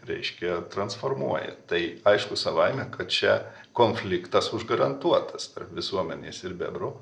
reiškia transformuoja tai aišku savaime kad čia konfliktas užgarantuotas tarp visuomenės ir bebrų